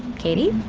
katie?